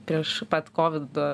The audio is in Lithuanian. prieš pat kovido